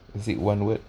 is it one word